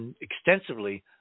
extensively